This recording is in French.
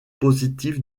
positifs